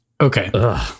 okay